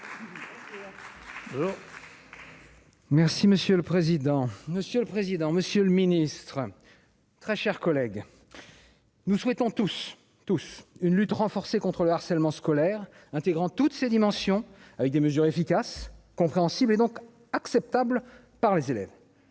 monsieur le président, Monsieur le Ministre, très chers collègues. Nous souhaitons tous, tous, une lutte renforcée contre le harcèlement scolaire intégrant toutes ces dimensions avec des mesures efficaces compréhensible donc acceptable par les élèves.